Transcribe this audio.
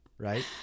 right